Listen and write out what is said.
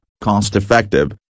cost-effective